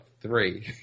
three